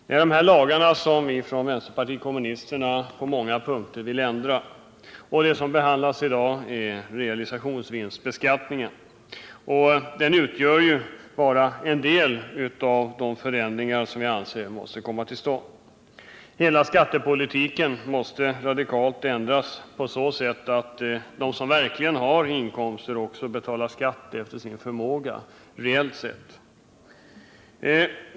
Det är denna lag som vi kommunister på många punkter vill ändra. Det som behandlas i dag — realisationsvinstbeskattningen — utgör bara en del av de förändringar som vi anser måste komma till stånd. Hela skattepolitiken måste radikalt ändras på så sätt att de som verkligen har inkomster också betalar skatt efter sin förmåga, reellt sett.